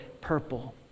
purple